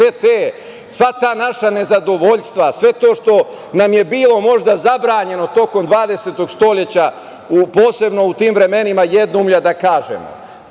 sva ta naša nezadovoljstva, svo to što nam je bilo možda zabranjeno tokom 20. veka, posebno u tim vremenima jednoumlja da kažemo,